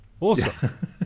Awesome